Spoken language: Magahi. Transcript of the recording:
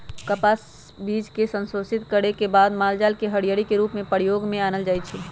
कपास बीज के संशोधित करे के बाद मालजाल के हरियरी के रूप में प्रयोग में आनल जाइ छइ